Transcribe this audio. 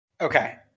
Okay